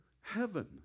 heaven